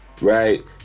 right